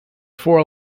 four